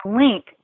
link